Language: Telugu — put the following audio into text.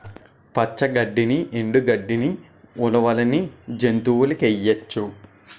పచ్చ గడ్డిని ఎండు గడ్డని ఉలవల్ని జంతువులకేయొచ్చు